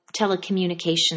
telecommunications